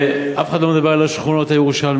אף אחד לא מדבר על השכונות הירושלמיות,